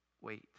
Wait